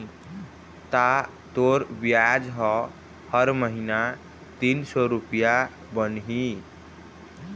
ता तोर बियाज ह हर महिना तीन सौ रुपया बनही